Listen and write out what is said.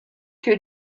que